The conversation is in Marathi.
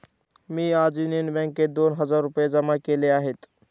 मी आज युनियन बँकेत दोन हजार रुपये जमा केले आहेत